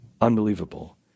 Unbelievable